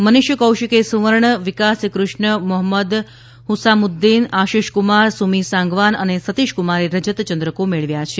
મનિષ કૌશિકે સુવર્ણ વિકાસ કૃષ્ણ મોહમ્મદ હુસામુદ્દીન આશિષ કુમાર સુમી સાંગવાન અને સતિષ કુમારે રજત ચંદ્રકો મેળવ્યા છે